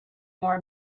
more